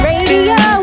Radio